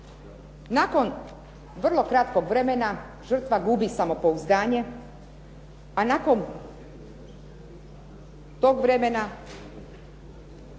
Nakon vrlo kratkog vremena žrtva gubi samopouzdanje, a nakon tog vremena